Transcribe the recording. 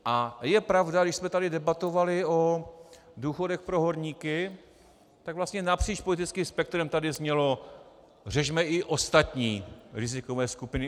A je pravda, když jsme tady debatovali o důchodech pro horníky, tak vlastně napříč politickým spektrem tady znělo: řešme i ostatní rizikové skupiny.